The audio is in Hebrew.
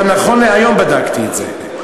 גם נכון להיום בדקתי את זה.